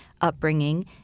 upbringing